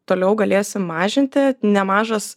toliau galėsim mažinti nemažas